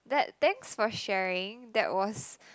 that thanks for sharing that was